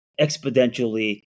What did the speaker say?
exponentially